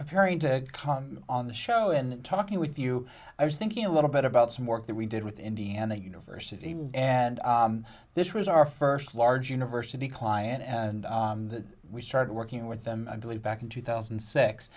preparing to come on the show and talking with you i was thinking a little bit about some work that we did with indiana university and this was our first large university client and we started working with them i believe back in two thousand and six